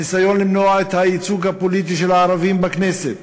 הניסיון למנוע את הייצוג הפוליטי של הערבים בכנסת,